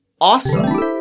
awesome